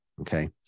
okay